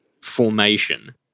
formation